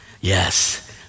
Yes